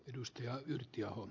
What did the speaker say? edustaja yhtiö on